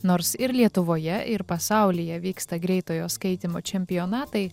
nors ir lietuvoje ir pasaulyje vyksta greitojo skaitymo čempionatai